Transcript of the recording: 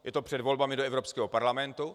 Je to před volbami do Evropského parlamentu.